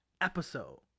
episode